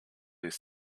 his